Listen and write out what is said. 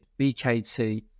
BKT